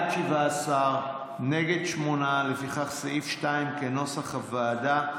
סעיף 2 כנוסח הוועדה.